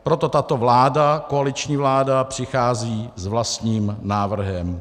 Proto tato vláda, koaliční vláda, přichází s vlastním návrhem.